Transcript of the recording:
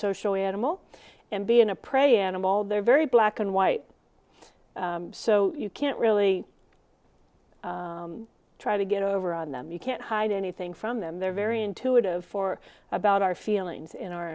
social animal and being a pray and i'm all they're very black and white so you can't really try to get over on them you can't hide anything from them they're very intuitive for about our feelings in our